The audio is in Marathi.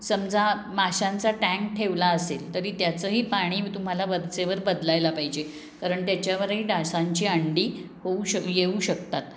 समजा माशांचा टँक ठेवला असेल तरी त्याचंही पाणी तुम्हाला वरचेवर बदलायला पाहिजे कारण त्याच्यावरही डासांची अंडी होऊ शक येऊ शकतात